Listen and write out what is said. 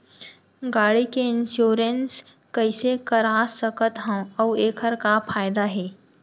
गाड़ी के इन्श्योरेन्स कइसे करा सकत हवं अऊ एखर का फायदा हे?